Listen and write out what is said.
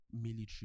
military